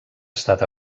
estat